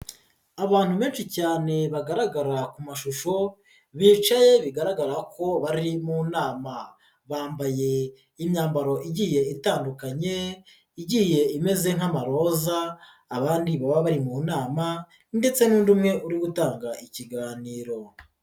Abantu benshi cyane bagaragara ku mashusho bicaye bigaragara ko bari mu nama bambaye imyambaro igiye itandukanye igiye imeze nk'amaroza abandi baba bari mu nama ndetse n'undi umwe uri gutanga ikiganiro.